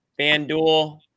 FanDuel